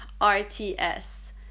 R-T-S